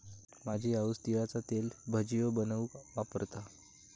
माझी आऊस तिळाचा तेल भजियो बनवूक वापरता